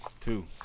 Two